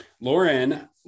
Lauren